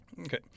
Okay